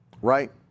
right